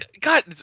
God